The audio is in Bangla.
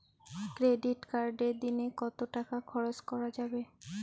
ক্রেডিট কার্ডে দিনে কত টাকা খরচ করা যাবে?